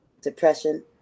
depression